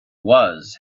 was